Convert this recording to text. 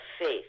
faith